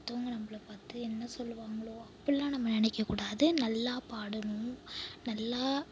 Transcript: அடுத்தவங்க நம்மள பார்த்து என்ன சொல்வாங்களோ அப்படிலாம் நம்ம நினைக்ககூடாது நல்லா பாடணும் நல்லா